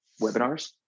webinars